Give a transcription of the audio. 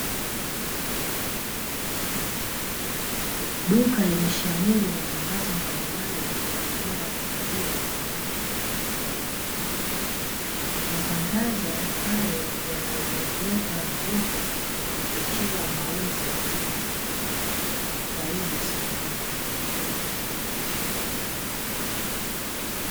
Duka limeshamiri matangazo mbalimbali ya bidhaa za maziwa kwa namna ya kuvutia. Matangazo hayo yanaleta mvuto na kuchochea mauzo zaidi sokoni.